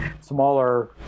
smaller